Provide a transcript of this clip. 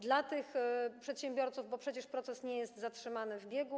Dla tych przedsiębiorców, bo przecież proces nie jest zatrzymany w biegu.